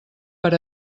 per